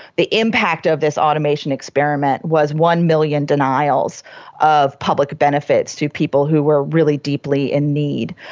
the impact of this automation experiment was one million denials of public benefits to people who were really deeply in need.